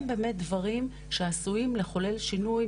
הם באמת דברים שעשויים לחולל שינוי,